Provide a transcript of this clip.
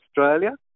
Australia